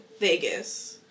Vegas